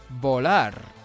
Volar